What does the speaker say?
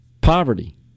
poverty